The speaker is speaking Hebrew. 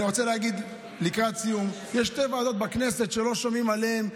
אני רוצה להגיד לקראת סיום שיש שתי ועדות בכנסת שלא שומעים עליהן.